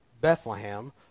Bethlehem